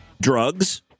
drugs